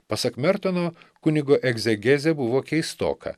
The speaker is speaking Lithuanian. pasak mertono kunigo egzegezė buvo keistoka